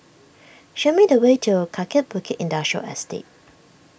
show me the way to Kaki Bukit Industrial Estate